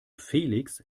felix